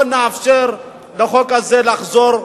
לא נאפשר לחוק הזה לחזור,